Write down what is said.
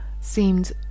seemed